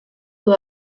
dans